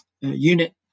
unit